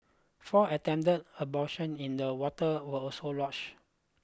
four attempted abortion in the water were also lodged